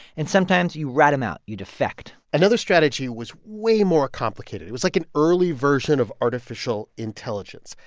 and sometimes you rat him out. you defect another strategy was way more complicated. it was like an early version of artificial intelligence.